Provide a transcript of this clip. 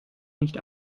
nicht